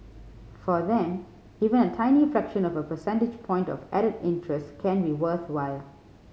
for them even a tiny fraction of a percentage point of added interest can be worthwhile